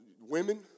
women